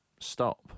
stop